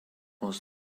was